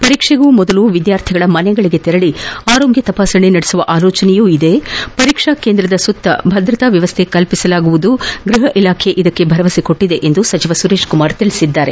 ಪರೀಕ್ಷೆಗೂ ಮುನ್ನ ವಿದ್ವಾರ್ಥಿಗಳ ಮನೆಗಳಿಗೆ ತೆರಳಿ ಆರೋಗ್ಯ ತಪಾಸಣೆ ನಡೆಸುವ ಆಲೋಚನೆ ಇದೆ ಪರೀಕ್ಷಾ ಕೇಂದ್ರದ ಸುತ್ತ ಭದ್ರತಾ ವ್ಯವಸ್ನ ಕಲ್ಪಿಸುವುದಾಗಿ ಗ್ವಹ ಇಲಾಖೆ ಭರವಸೆ ನೀಡಿದೆ ಎಂದು ಸುರೇಶ್ ಕುಮಾರ್ ತಿಳಿಸಿದರು